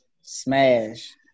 smash